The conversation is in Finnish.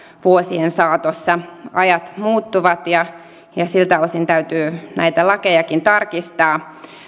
vuosien saatossa ajat muuttuvat ja ja siltä osin täytyy näitä lakejakin tarkistaa